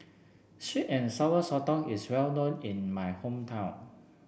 Sweet and Sour Sotong is well known in my hometown